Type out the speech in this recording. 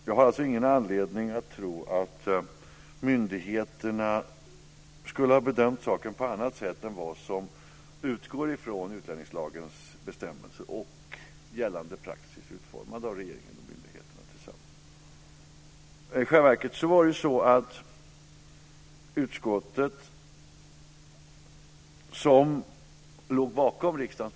Jag har ingen anledning att tro att myndigheterna skulle ha bedömt saken på annat sätt eller inte följt utlänningslagens bestämmelser och gällande praxis, utformad av regeringen och myndigheterna tillsammans.